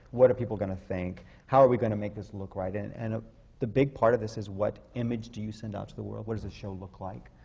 what are people going to think? how are we going to make this look right? and ah the big part of this is, what image do you send out to the world? what does the show look like?